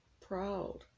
proud